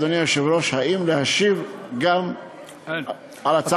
אדוני היושב-ראש: האם להשיב גם על הצעת החוק השנייה?